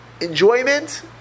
enjoyment